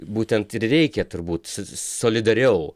būtent ir reikia turbūt solidariau